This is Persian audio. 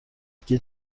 دیگه